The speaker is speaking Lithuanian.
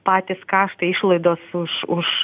patys kaštai išlaidos už už